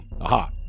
Aha